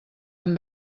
amb